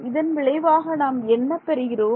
இதன் விளைவாக நாம் என்ன பெறுகிறோம்